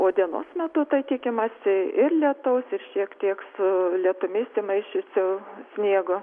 o dienos metu tai tikimasi ir lietaus ir šiek tiek su lietumi įsimaišiusio sniego